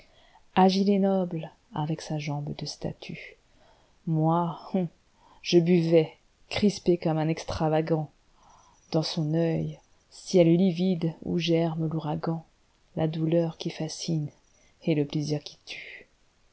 agile et noble avec sa jambe de statue moi je buvais crispé comme un extravagant dans son œil ciel livide où germe l'ouragan la douceur qui fascine et le plaisir qui tue